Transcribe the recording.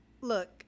Look